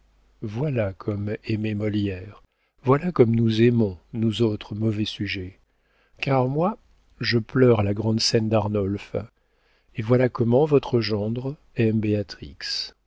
voilà comme aimait molière voilà comme nous aimons nous autres mauvais sujets car moi je pleure à la grande scène d'arnolphe et voilà comment votre gendre